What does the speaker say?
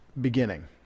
beginning